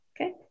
okay